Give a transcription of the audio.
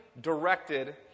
directed